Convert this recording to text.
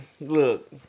look